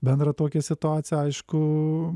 bendrą tokią situaciją aišku